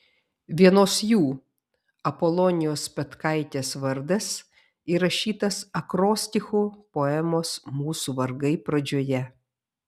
vienos jų apolonijos petkaitės vardas įrašytas akrostichu poemos mūsų vargai pradžioje